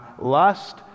lust